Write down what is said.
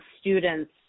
students